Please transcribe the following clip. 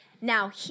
Now